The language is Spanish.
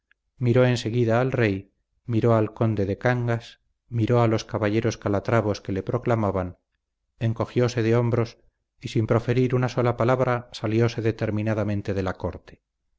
miró en seguida al rey miró al conde de cangas miró a los caballeros calatravos que le proclamaban encogióse de hombros y sin proferir una sola palabra salióse determinadamente de la corte